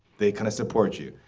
they kind of support you.